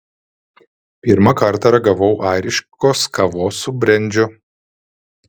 pirmą kartą ragavau airiškos kavos su brendžiu